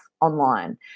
online